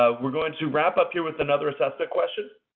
ah we're going to wrap up here with another assessment question.